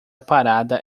parada